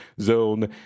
zone